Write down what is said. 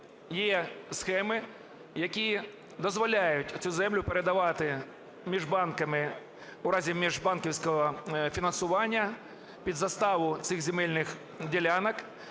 є схеми, які дозволяють цю землю передавати між банками у разі міжбанківського фінансування під заставу цих земельних ділянок,